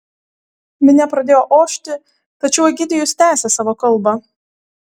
minia pradėjo ošti tačiau egidijus tęsė savo kalbą